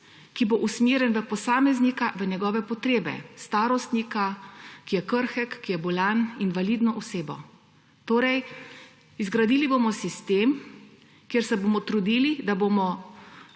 ki bo usmerjen v posameznika, v njegove potrebe, starostnika, ki je krhek, ki je bolan, invalidno osebo. Torej izgradili bomo sistem, kjer se bomo trudili, da bomo